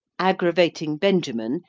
agravating benjamin,